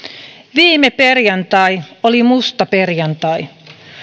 viime perjantai oli musta perjantai